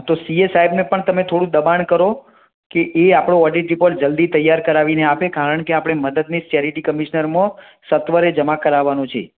તો C A સાહેબને પણ તમે થોડું દબાણ કરો કે એ આપણો ઑડિટ રીપોર્ટ જલ્દી તૈયાર કરાવીને આપે કારણકે આપણે મદદનીશ ચેરીટી કમિશ્નરમાં સત્વરે જમા કરાવવાનો છે